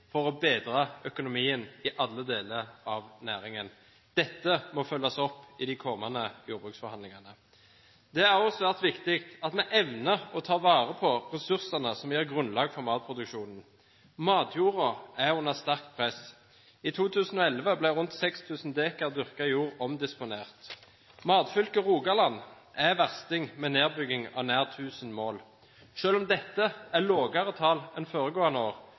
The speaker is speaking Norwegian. for å bedre økonomien i alle deler av næringen. Dette må følges opp i de kommende jordbruksforhandlingene. Det er også svært viktig at vi evner å ta vare på ressursene som gir grunnlag for matproduksjonen. Matjorda er under sterkt press. I 2011 ble rundt 6 000 dekar dyrka jord omdisponert. Matfylket Rogaland er versting, med nedbygging av nær 1 000 mål. Selv om dette er lavere tall enn foregående år,